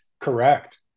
Correct